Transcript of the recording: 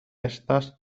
estas